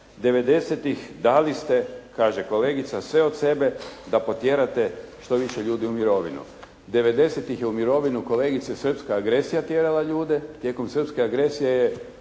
90-tih dali ste kaže kolegica sve od sebe da potjerate što više ljudi u mirovinu. 90-tih je u mirovinu, kolegice, srpska agresija tjerala ljude. Tijekom srpske agresije je